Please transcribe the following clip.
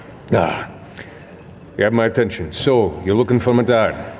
yeah you have my attention, so, you're looking for my dad.